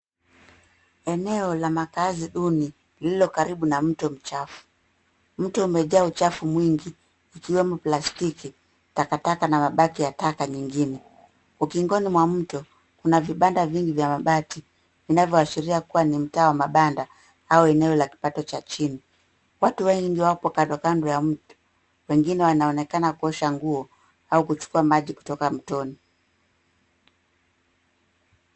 Eneo la makazi duni, lililo karibu na mto mchafu. Mto umejaa uchafu mwingi, ikiwemo plastiki, takataka na mabaki ya taka nyingine. Ukingoni mwa mto, kuna vibanda vingi vya mabati, vinavyoashiria kuwa ni mtaa wa mabanda, au eneo la kipato cha chini. Watu wengi wapo kandokando ya mto, wengine wanaonekana kuosha nguo, au kuchukua maji kutoka mtoni.